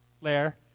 lair